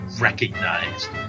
recognized